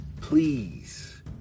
please